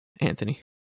anthony